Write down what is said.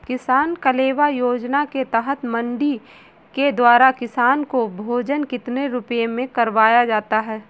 किसान कलेवा योजना के तहत मंडी के द्वारा किसान को भोजन कितने रुपए में करवाया जाता है?